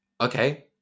okay